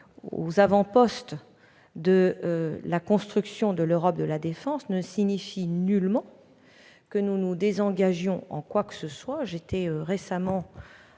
aux avant-postes de la construction de l'Europe de la défense ne signifie nullement que nous nous désengagions en quoi que ce soit de l'alliance